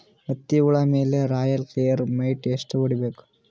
ಹತ್ತಿ ಹುಳ ಮೇಲೆ ರಾಯಲ್ ಕ್ಲಿಯರ್ ಮೈಟ್ ಎಷ್ಟ ಹೊಡಿಬೇಕು?